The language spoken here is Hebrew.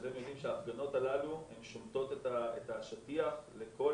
כשאתם יודעים שההפגנות הללו שומטות את השטיח לכל